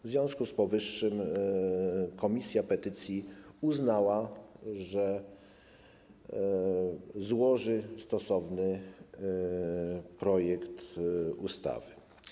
W związku z powyższym komisja petycji uznała, że złoży stosowny projekt ustawy.